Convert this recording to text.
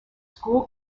school